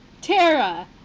Tara